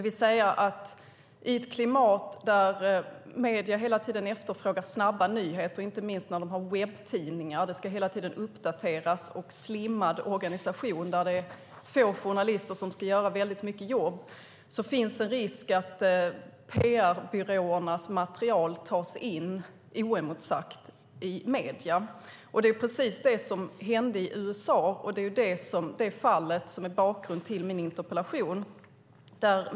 I ett klimat där medierna hela tiden efterfrågar snabba nyheter, inte minst när de har webbtidningar och det hela tiden ska uppdateras och organisationen ska vara slimmad med få journalister som ska göra mycket jobb, finns det en risk att PR-byråernas material tas in oemotsagt i medierna. Det var precis det som hände i USA, och detta fall är bakgrunden till min interpellation.